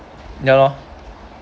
ya loh